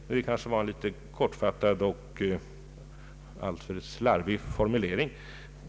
Men det kanske var en litet kortfattad och alltför slarvig formulering.